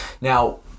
Now